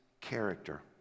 character